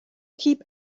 keep